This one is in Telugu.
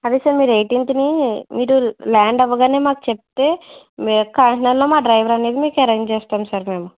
అదే సార్ మీరు ఎయిటీన్త్ని మీరు ల్యాండ్ అవగానే మాకు చెబితే మేము కాకినాడలో మా డ్రైవర్ అనేది మీకు అరేంజ్ చేస్తాము సార్ మేము